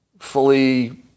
fully